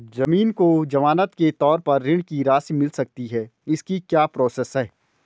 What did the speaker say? ज़मीन को ज़मानत के तौर पर ऋण की राशि मिल सकती है इसकी क्या प्रोसेस है?